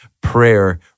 prayer